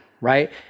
right